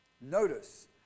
Notice